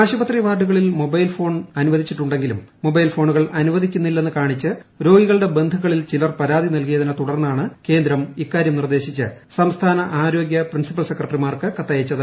ആശുപത്രി വാർഡുകളിൽ മൊര്ഭുബൽ ഫോണുകൾ അനുവദിച്ചിട്ടുണ്ടെങ്കിലും അനുവദിക്കുന്നില്ലെന്ന് കാണിച്ച് ഔഗ്ികളുടെ ബന്ധുക്കളിൽ ചിലർ പരാതി നൽകിയതിനെ ്രിത്യുടർന്നാണ് കേന്ദ്രം ഇക്കാര്യം നിർദ്ദേശിച്ച് സംസ്ഥാന ആരോഗൃം പ്രിൻസിപ്പൽ സെക്രട്ടറിമാർക്ക് കത്തയച്ചത്